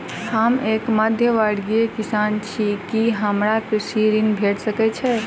हम एक मध्यमवर्गीय किसान छी, की हमरा कृषि ऋण भेट सकय छई?